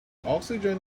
oxygen